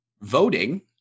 voting